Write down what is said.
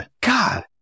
god